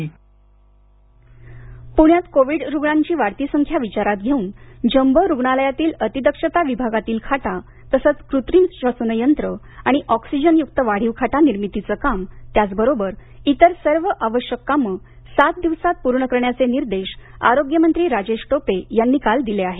jumbo पूण्यात covid रुग्णांची वाढती संख्या विचारात घेऊन जम्बो रुग्णालयातील अति दक्षता विभागातील खाटा तसंच कृत्रिम श्वसनयंत्र आणि ऑक्सिजनयुक्त वाढीव खाटा निर्मितीचं काम त्याचबरोबर इतर सर्व आवश्यक कामं सात दिवसांत पूर्ण करण्याचे निर्देश आरोग्यमंत्री राजेश टोपे यांनी काल दिले आहेत